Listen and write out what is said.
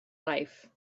life